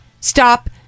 Stop